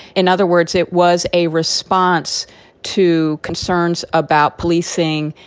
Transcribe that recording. in other words, it was a response to concerns about policing,